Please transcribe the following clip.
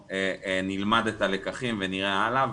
נלמד את הלקחים ונראה הלאה.